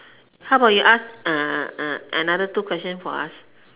how about you ask uh uh another two question for us